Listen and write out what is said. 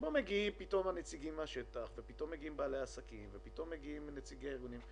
שבו מגיעים הנציגים מהשטח ומגיעים בעלי העסקים ומגיעים נציגי הארגונים,